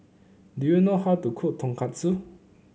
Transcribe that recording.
do you know how to cook Tonkatsu